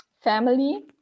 family